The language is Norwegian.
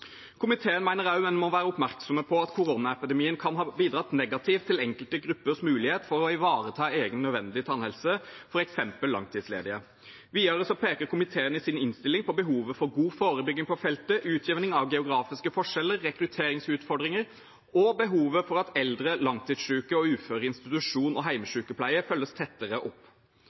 Komiteen mener også en må være oppmerksom på at koronaepidemien kan ha bidratt negativt til enkelte gruppers mulighet for å ivareta egen, nødvendig tannhelse, f.eks. langtidsledige. Videre peker komiteen i sin innstilling på behovet for god forebygging på feltet: utjevning av geografiske forskjeller, rekrutteringsutfordringer og behovet for at eldre, langtidssyke og uføre i institusjon og hjemmesykepleie følges tettere opp.